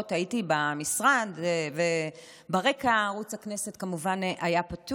הייתי במשרד וברקע ערוץ הכנסת היה פתוח,